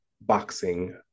boxing